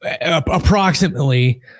Approximately